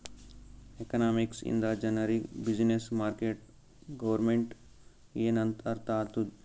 economics ಇಂದ ಜನರಿಗ್ business, market, government ಎನ್ ಅಂತ್ ಅರ್ಥ ಆತ್ತುದ್